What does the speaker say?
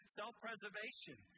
self-preservation